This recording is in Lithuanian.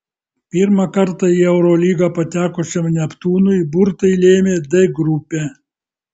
pirmą kartą į eurolygą patekusiam neptūnui burtai lėmė d grupę